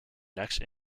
next